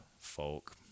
folk